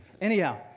Anyhow